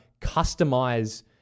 customize